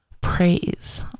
praise